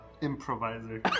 improviser